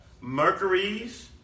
Mercury's